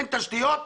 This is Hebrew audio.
אין תשתיות,